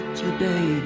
today